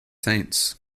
saints